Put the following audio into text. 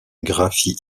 graphie